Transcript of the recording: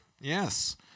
Yes